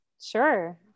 Sure